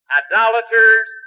idolaters